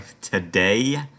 today